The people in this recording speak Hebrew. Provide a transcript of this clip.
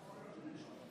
העונשין